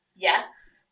Yes